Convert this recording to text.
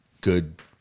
good